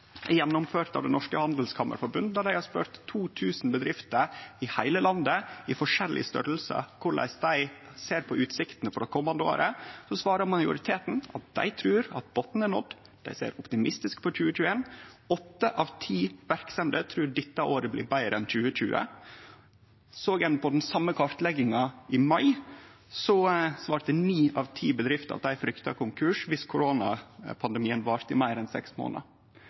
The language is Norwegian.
er gjennomført av Det norske handelskammerforbund, der dei har spurt 2 000 bedrifter i heile landet, i forskjellig storleik, korleis dei ser på utsiktene for det komande året, svarer majoriteten at dei trur at botnen er nådd, dei ser optimistisk på 2021. Åtte av ti verksemder trur dette året blir betre enn 2020. Såg ein på den same kartlegginga i mai, svarte ni av ti bedrifter at dei frykta konkurs viss koronapandemien varte i meir enn seks